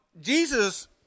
Jesus